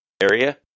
area